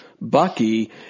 Bucky